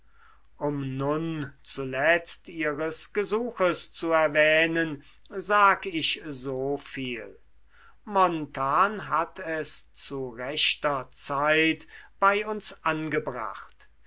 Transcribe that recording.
um nun zuletzt ihres gesuches zu erwähnen sag ich so viel montan hat es zu rechter zeit bei uns angebracht